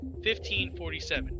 1547